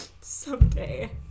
someday